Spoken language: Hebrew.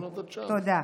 תודה.